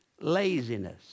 laziness